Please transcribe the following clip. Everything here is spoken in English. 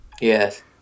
Yes